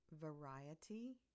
Variety